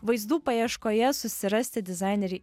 vaizdų paieškoje susirasti dizainerį